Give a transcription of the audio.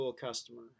customer